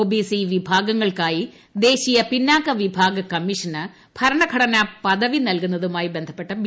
OBC വിഭാഗങ്ങൾക്കുള്ള ദേശീയ പിന്നാക്ക വിഭാഗ കമ്മീഷന് ഭരണഘടന പദവി നൽകുന്നതുമായി ബന്ധപ്പെട്ട ബില്ലാണിത്